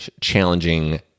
challenging